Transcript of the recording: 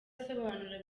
asobanura